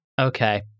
Okay